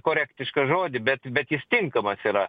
korektišką žodį bet bet jis tinkamas yra